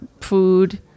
food